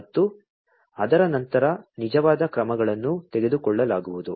ಮತ್ತು ಅದರ ನಂತರ ನಿಜವಾದ ಕ್ರಮಗಳನ್ನು ತೆಗೆದುಕೊಳ್ಳಲಾಗುವುದು